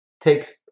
takes